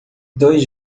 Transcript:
dois